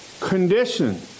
condition